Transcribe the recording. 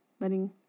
letting